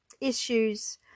issues